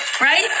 Right